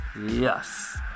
Yes